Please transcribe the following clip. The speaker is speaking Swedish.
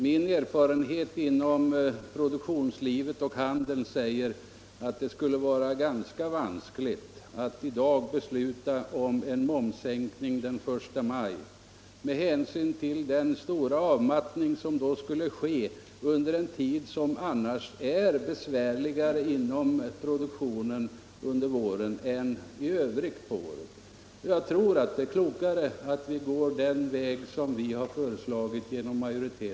Min erfarenhet inom produktionslivet och handeln säger att det skulle vara ganska vanskligt att i dag besluta om en momssänkning den I maj med hänsyn till den stora avmattning som då skulle ske under en tid som inom produktionen är känsligare än året i övrigt. Jag tror att det är klokare att gå den väg som majoriteten i utskottet föreslagit.